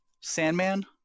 Sandman